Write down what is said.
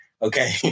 Okay